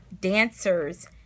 dancers